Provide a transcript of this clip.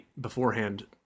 beforehand